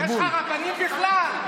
יש לך רבנים בכלל?